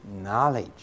Knowledge